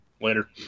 Later